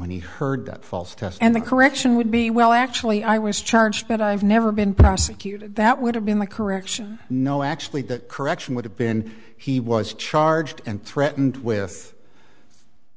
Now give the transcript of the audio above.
when he heard that false test and the correction would be well actually i was charged but i've never been prosecuted that would have been the correction no actually that correction would have been he was charged and threatened with